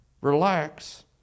relax